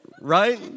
right